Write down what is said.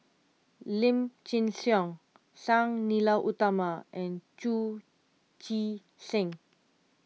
Lim Chin Siong Sang Nila Utama and Chu Chee Seng